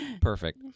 Perfect